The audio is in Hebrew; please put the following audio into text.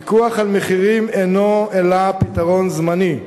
פיקוח על מחירים "אינו אלא פתרון זמני,